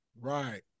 Right